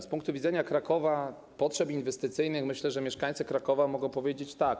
Z punktu widzenia Krakowa, potrzeb inwestycyjnych myślę, że mieszkańcy Krakowa mogą powiedzieć: tak.